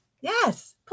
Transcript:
Yes